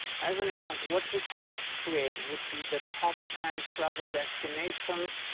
as an example, what you could create would be the top ten travel destinations,